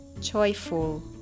joyful